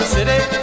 City